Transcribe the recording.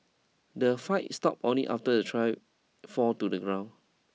the fight stopped only after the trio fall to the ground